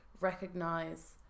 recognize